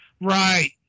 Right